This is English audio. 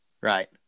right